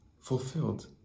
fulfilled